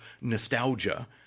nostalgia